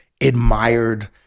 admired